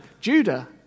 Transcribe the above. Judah